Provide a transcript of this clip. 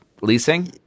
leasing